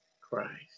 Christ